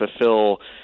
fulfill